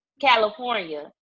California